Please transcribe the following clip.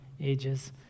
ages